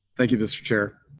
thank you, mr. chair.